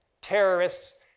terrorists